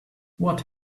what